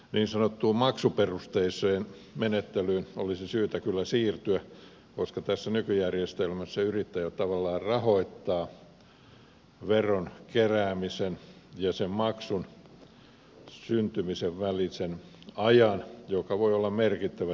niin sanottuun maksuperusteiseen menettelyyn olisi syytä kyllä siirtyä koska tässä nykyjärjestelmässä yrittäjät tavallaan rahoittavat veron keräämisen ja sen maksun syntymisen välisen ajan joka voi olla merkittävä tietyissä tilanteissa